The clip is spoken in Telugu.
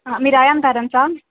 మీరు అయాన్ పేరెంట్సా